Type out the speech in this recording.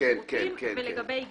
ולגבי (ג)?